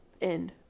end